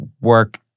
work